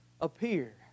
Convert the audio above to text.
appear